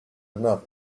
another